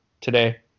today